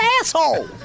asshole